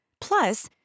Plus